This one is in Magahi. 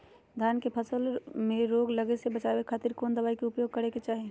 धान के फसल मैं रोग लगे से बचावे खातिर कौन दवाई के उपयोग करें क्या चाहि?